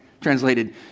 Translated